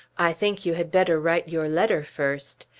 i think you had better write your letter first,